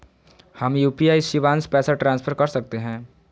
हम यू.पी.आई शिवांश पैसा ट्रांसफर कर सकते हैं?